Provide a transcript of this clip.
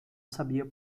sabia